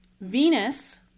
Venus